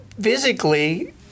physically